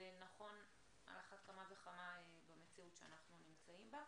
זה נכון על אחת כמה וכמה במציאות שאנחנו נמצאים בה.